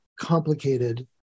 complicated